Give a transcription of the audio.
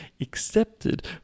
accepted